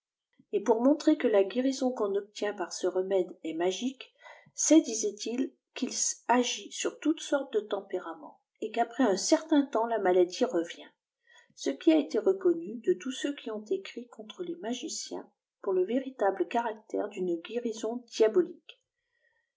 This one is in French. et pour montrer que la guérison qu'on obtient par ce remède est magique c'est disaiml qu'il agit sur toutes sortes de tempéraments et qu'après un certain temps la maladie revient ce qui a été reconnu de tous ceux qui ont écrit contre les magiciens pour le véritable caractère d'une guérison diabolique